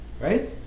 Right